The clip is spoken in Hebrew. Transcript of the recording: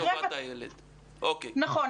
נכון.